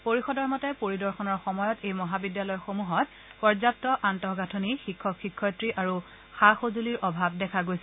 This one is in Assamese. পৰিষদৰ মতে পৰিদৰ্শনৰ সময়ত এই মহাবিদ্যালয়সমূহত পৰ্যাপ্ত অন্তৰ্গ্ৰথন শিক্ষক শিক্ষয়িত্ৰী আৰু সা সজুলীৰ অভাৱ দেখা গৈছিল